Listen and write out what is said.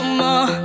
more